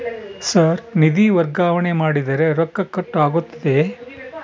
Sir ನಿಧಿ ವರ್ಗಾವಣೆ ಮಾಡಿದರೆ ರೊಕ್ಕ ಕಟ್ ಆಗುತ್ತದೆಯೆ?